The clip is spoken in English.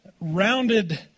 rounded